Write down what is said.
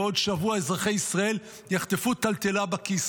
ועוד שבוע אזרחי ישראל יחטפו טלטלה בכיס.